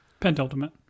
Pentultimate